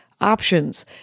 options